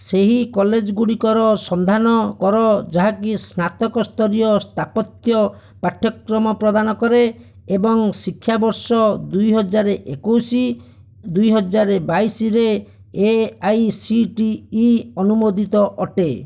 ସେହି କଲେଜଗୁଡ଼ିକର ସନ୍ଧାନ କର ଯାହାକି ସ୍ନାତକସ୍ତରୀୟ ସ୍ଥାପତ୍ୟ ପାଠ୍ୟକ୍ରମ ପ୍ରଦାନ କରେ ଏବଂ ଶିକ୍ଷାବର୍ଷ ଦୁଇହଜାର ଏକୋଇଶ ଦୁଇହଜାର ବାଇଶରେ A I C T E ଅନୁମୋଦିତ ଅଟେ